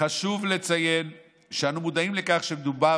חשוב לציין שאנו מודעים לכך שמדובר